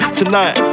tonight